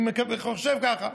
אני חושב ככה,